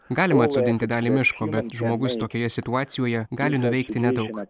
galima atsodinti dalį miško bet žmogus tokioje situacijoje gali nuveikti nedaug